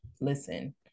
Listen